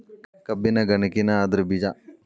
ಕಬ್ಬಿನ ಗನಕಿನ ಅದ್ರ ಬೇಜಾ